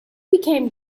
became